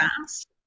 fast